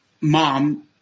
mom